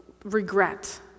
regret